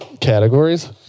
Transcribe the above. categories